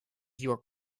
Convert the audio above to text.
your